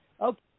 Okay